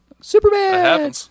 Superman